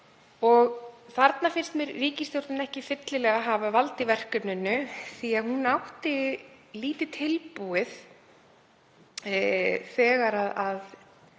Þarna finnst mér ríkisstjórnin ekki fyllilega hafa valdið verkefninu því að hún átti lítið tilbúið þegar